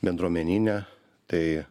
bendruomeninę tai